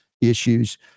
issues